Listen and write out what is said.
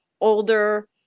older